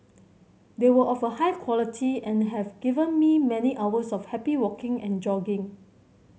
they were of a high quality and have given me many hours of happy walking and jogging